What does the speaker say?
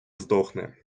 здохне